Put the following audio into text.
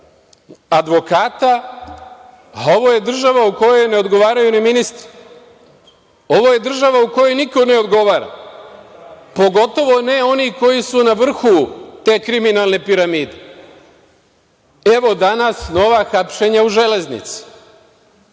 advokata, a ovo je država u kojoj ne odgovaraju ni ministri. Ovo je država u kojoj niko ne odgovara, pogotovo ne oni koji su na vrhu te kriminalne piramide. Evo danas nova hapšenja u „Železnici“.